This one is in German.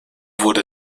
wurde